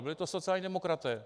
Byli to sociální demokraté.